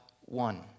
one